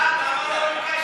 אבל לעולם לא יהיה דיון.